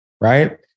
right